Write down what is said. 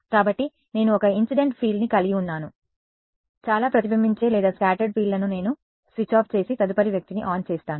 కాబట్టి నేను ఒక ఇన్సిడెంట్ ఫీల్డ్ని కలిగి ఉన్నాను చాలా ప్రతిబింబించే లేదా స్కాటర్డ్ ఫీల్డ్లను నేను స్విచ్ ఆఫ్ చేసి తదుపరి వ్యక్తిని ఆన్ చేస్తాను